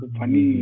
funny